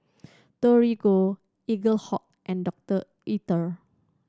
Torigo Eaglehawk and Doctor Oetker